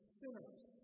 sinners